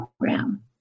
program